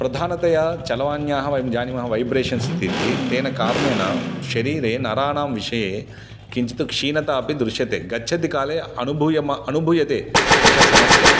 प्रधानतया चलवाण्याः वयं जानीमः वैब्रेशन्स् स्थितिः तेन कारणेन शरीरे नराणां विषये किञ्चित् क्षीणता अपि दृश्यते गच्छतिकाले अनुभूयम् अनुभूयते एषा समस्या